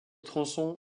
tronçon